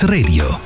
Radio